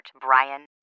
Brian